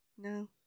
No